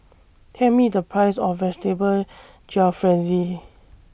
Tell Me The Price of Vegetable Jalfrezi